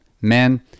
men